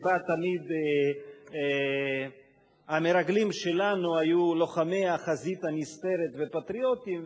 שבה תמיד המרגלים שלנו היו לוחמי החזית הנסתרת ופטריוטים,